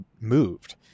moved